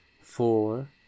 four